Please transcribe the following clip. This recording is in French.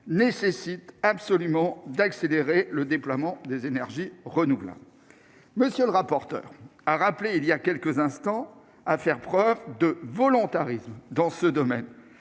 nécessaire une accélération du déploiement des énergies renouvelables. M. le rapporteur a appelé voilà quelques instants à faire preuve de volontarisme dans ce domaine,